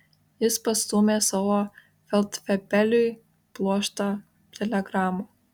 jis pastūmė savo feldfebeliui pluoštą telegramų